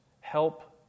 help